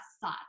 thought